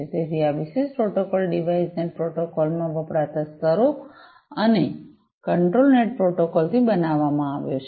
તેથી આ વિશિષ્ટ પ્રોટોકોલ ડિવાઇસ નેટ પ્રોટોકોલમાં વપરાતા સ્તરો અને કંટ્રોલ નેટ પ્રોટોકોલથી બનાવવામાં આવ્યો છે